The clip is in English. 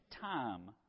time